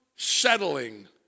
Settling